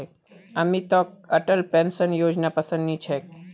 अमितक अटल पेंशन योजनापसंद नी छेक